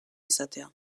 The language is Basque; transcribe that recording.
izatea